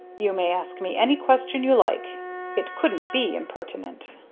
you may ask me any question you like it couldn't be impertinent.